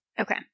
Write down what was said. Okay